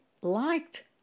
liked